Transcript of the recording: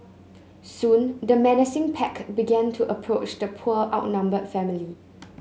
soon the menacing pack began to approach the poor outnumbered family